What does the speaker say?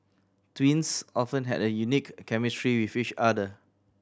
twins often have a unique chemistry with each other